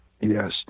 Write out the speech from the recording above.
Yes